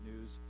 news